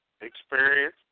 experience